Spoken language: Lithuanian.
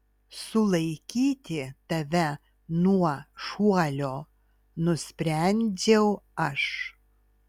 sulaikyti tave nuo šuolio nusprendžiau aš